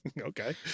okay